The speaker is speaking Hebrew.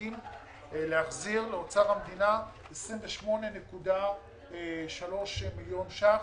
מתעתדים להחזיר לאוצר המדינה 28.3 מיליון ש"ח,